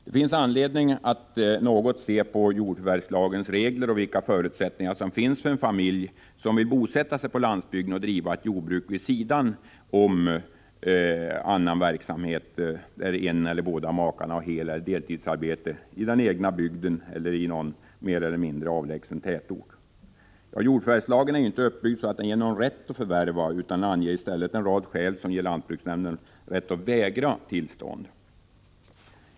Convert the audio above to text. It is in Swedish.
Det finns anledning att något se på jordförvärvslagens regler och vilka förutsättningar som finns för en familj som vill bosätta sig på landsbygden och driva ett jordbruk vid sidan om annan verksamhet, där den ena eller båda makarna har heleller deltidsarbete i bygden eller i någon mer eller mindre avlägsen tätort. Jordförvärvslagen är inte så uppbyggd att den ger någon en rätt att förvärva, utan den preciserar i stället en rad skäl som ger lantbruksnämnden rätt att vägra tillstånd.